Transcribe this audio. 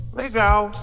legal